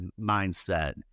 mindset